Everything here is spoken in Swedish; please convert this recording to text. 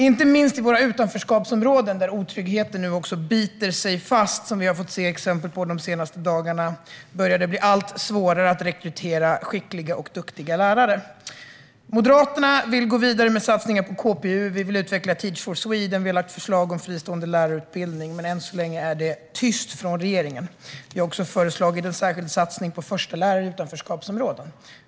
Inte minst i våra utanförskapsområden - där otryggheten nu biter sig fast, vilket vi har fått se exempel på de senaste dagarna - börjar det bli allt svårare att rekrytera duktiga lärare. Moderaterna vill gå vidare med satsningar på KPU, vill utveckla Teach for Sweden och har lagt fram förslag om fristående lärarutbildning. Men än så länge är det tyst från regeringen. Vi har också föreslagit en särskild satsning på förstelärare i utanförskapsområden.